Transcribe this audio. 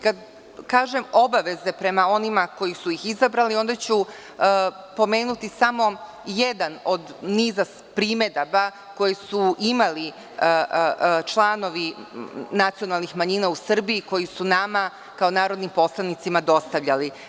Kada kažem obaveze prema onima koji su ih izabrali onda ću pomenuti samo jedan od niza primedaba koje su imali članovi nacionalnih manjina u Srbiji koji su nama kao narodnim poslanicima dostavljali.